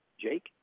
Jake